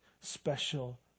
special